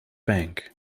bank